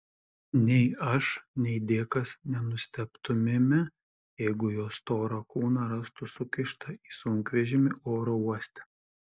nei aš nei dėkas nenustebtumėme jeigu jo storą kūną rastų sukištą į sunkvežimį oro uoste